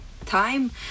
time